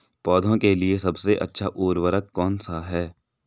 पौधों के लिए सबसे अच्छा उर्वरक कौनसा हैं?